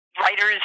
Writers